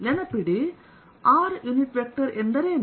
ನೆನಪಿಡಿ r unit vector ಎಂದರೇನು